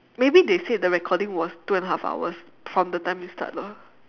maybe they said the recording was two and a half hours from the time we start lah